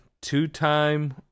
Two-time